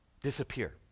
disappear